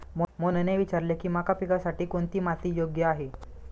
मोहनने विचारले की मका पिकासाठी कोणती माती योग्य आहे?